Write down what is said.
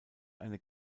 eine